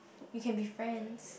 you can be friends